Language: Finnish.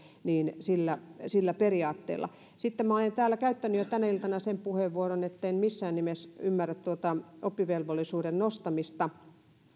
että sillä periaatteella sitten minä olen täällä käyttänyt jo tänä iltana sen puheenvuoron etten missään nimessä ymmärrä tuota oppivelvollisuuden nostamista